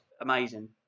amazing